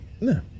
No